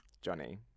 Johnny